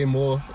more